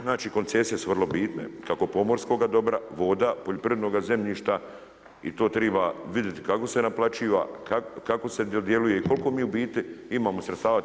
Znači koncesije su vrlo bitne, kako pomorskoga dobra, voda, poljoprivrednoga zemljišta i to treba vidjeti kako se naplaćuje, kako se dodjeljuje i koliko mi u biti imamo sredstava.